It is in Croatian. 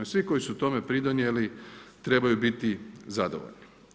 I svi koji su tome pridonijeli trebaju biti zadovoljni.